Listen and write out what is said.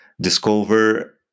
discover